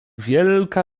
wielka